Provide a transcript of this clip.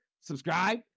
subscribe